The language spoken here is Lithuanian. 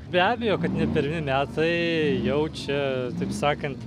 be abejo kad ne pirmi metai jau čia taip sakant